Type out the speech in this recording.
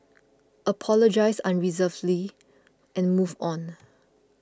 apologise unreservedly and move on